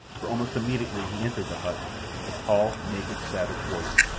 for almost immediately he entered the hut a tall, naked, savage warrior.